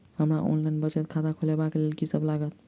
हमरा ऑनलाइन बचत खाता खोलाबै केँ लेल की सब लागत?